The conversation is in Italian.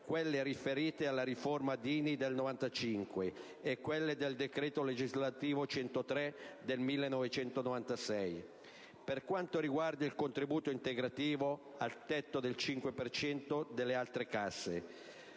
quelle riferite alla riforma Dini del 1995 e quelle del decreto legislativo n. 103 del 1996, per quanto riguarda il contributo integrativo, al tetto del 5 per cento delle altre casse.